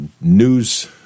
news